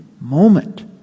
moment